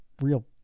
real